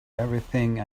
everything